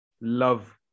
love